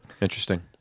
interesting